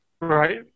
Right